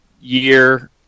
year